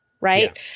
right